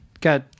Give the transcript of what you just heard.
got